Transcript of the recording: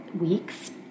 weeks